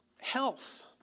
health